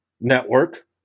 Network